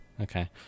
okay